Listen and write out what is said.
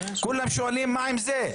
כולם שואלים מה עם זה.